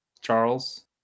charles